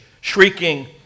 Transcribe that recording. shrieking